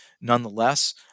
Nonetheless